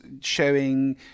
showing